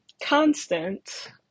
constant